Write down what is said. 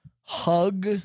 hug